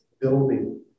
building